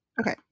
Okay